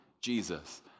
Jesus